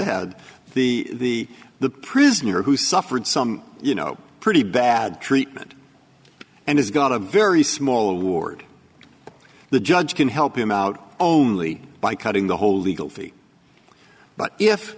had the the prisoner who suffered some you know pretty bad treatment and has got a very small award the judge can help him out only by cutting the whole legal